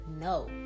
No